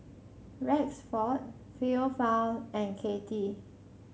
Rexford Theophile and Katie